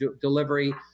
delivery